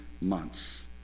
months